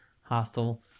hostile